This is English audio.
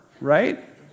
right